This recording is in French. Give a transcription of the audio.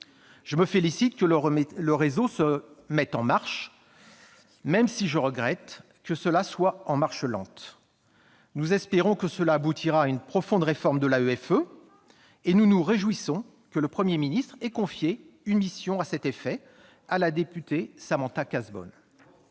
Je me félicite que le réseau se mette « en marche », même si je regrette que cela soit une marche lente. Nous espérons que cela aboutira à une profonde réforme de l'AEFE, et nous nous réjouissons que le Premier ministre ait confié une mission à la députée Samantha Cazebonne